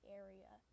area